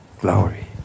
Glory